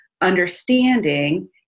understanding